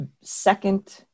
second